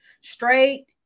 straight